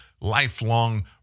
lifelong